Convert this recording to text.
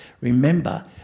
Remember